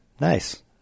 nice